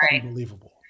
unbelievable